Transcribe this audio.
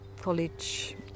college